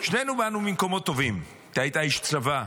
שנינו באנו ממקומות טובים: אתה היית איש צבא,